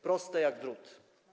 Proste jak drut.